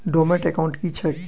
Dormant account की छैक?